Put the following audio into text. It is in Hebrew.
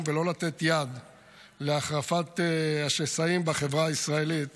ולא לתת יד להחרפת השסעים בחברה הישראלית